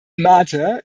mater